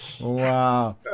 Wow